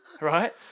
Right